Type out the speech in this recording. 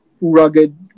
rugged